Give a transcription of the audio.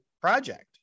project